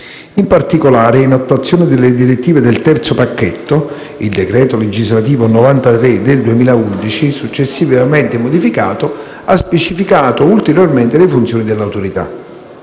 In particolare, in attuazione delle direttive del terzo pacchetto, il decreto legislativo n. 93 del 2011, successivamente modificato, ha specificato ulteriormente le funzioni dell'Autorità.